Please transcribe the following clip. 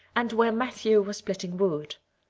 and where matthew was splitting wood.